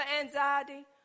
anxiety